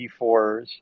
D4s